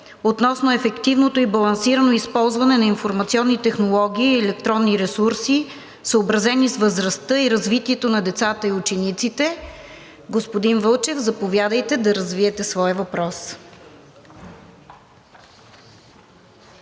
относно ефективното и балансирано използване на информационни технологии и електронни ресурси, съобразени с възрастта и развитието на децата и учениците. Господин Вълчев, заповядайте да развиете своя въпрос.